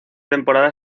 temporada